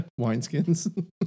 Wineskins